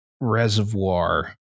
reservoir